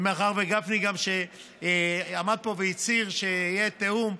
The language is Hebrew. ומאחר שגפני עמד פה והצהיר שיהיה תיאום,